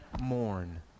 mourn